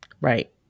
Right